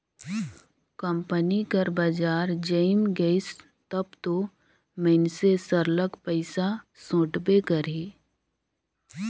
company कर बजार जइम गइस तब दो मइनसे सरलग पइसा सोंटबे करही